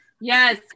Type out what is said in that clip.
Yes